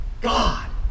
God